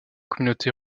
communauté